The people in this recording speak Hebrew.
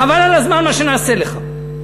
חבל על הזמן מה שנעשה לך.